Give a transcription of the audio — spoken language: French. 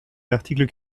l’article